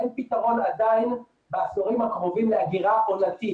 אין עדיין פתרון בעשורים הקרובים לאגירה עונתית.